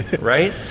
right